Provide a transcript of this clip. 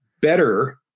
better